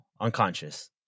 unconscious